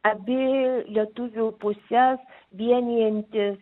abi lietuvių puses vienijantis